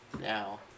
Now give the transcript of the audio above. now